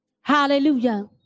hallelujah